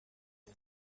ibi